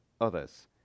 others